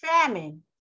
famine